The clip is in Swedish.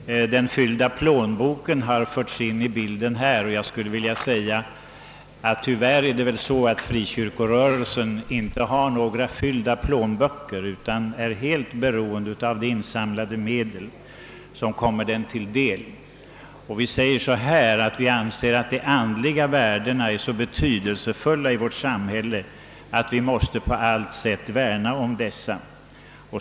Den fyllda plånboken har förts in i bilden i denna debatt. Tyvärr har frikyrkorörelsen inte några fyllda plånböcker utan är helt beroende av de insamlade medel, som kommer den till del. Vi anser att de andliga värdena är så betydelsefulla i vårt samhälle, att vi på allt sätt måste värna om dem.